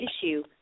issue